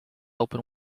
open